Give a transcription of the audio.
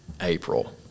April